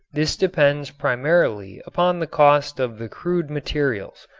this depends primarily upon the cost of the crude materials.